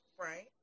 Right